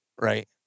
right